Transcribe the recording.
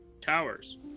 towers